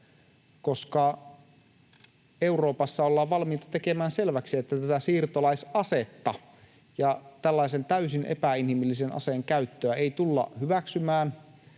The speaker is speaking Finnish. Euroopassa ollaan valmiita tekemään selväksi, että tätä siirtolaisasetta ja tällaisen täysin epäinhimillisen aseen käyttöä ei tulla hyväksymään,